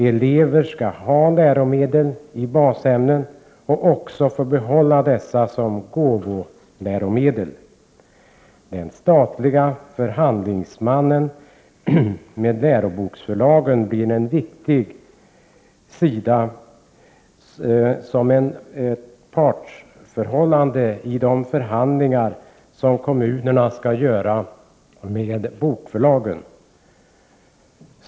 Elever skall ha sådana i basämnen och också få behålla dessa som gåvoläromedel. Den statliga förhandlingsmannen gentemot läroboksförlagen blir viktig när det gäller partsförhållandet i de förhandlingar som kommunerna skall bedriva med bokförlagen.